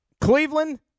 Cleveland